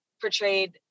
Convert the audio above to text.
portrayed